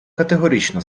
категорично